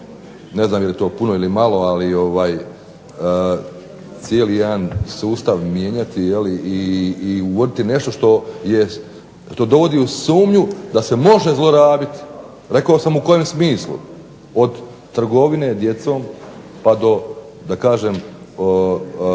ne znam je li to puno ili malo, ali cijeli jedan sustav mijenjati i uvoditi nešto što je, to dovodi u sumnju da se može zlorabiti. Rekao sam u kojem smislu. Od trgovine djecom pa do da kažem institucije